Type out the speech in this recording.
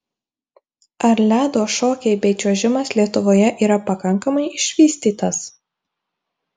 ar ledo šokiai bei čiuožimas lietuvoje yra pakankamai išvystytas